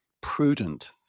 prudent